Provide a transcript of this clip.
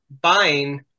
buying